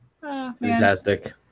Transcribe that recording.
Fantastic